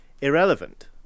irrelevant